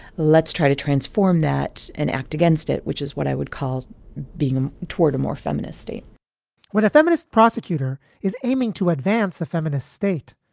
let's try to transform that and act against it, which is what i would call being toward a more feminist state what a feminist prosecutor is aiming to advance a feminist state,